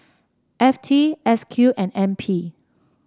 F T S Q and N P